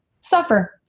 suffer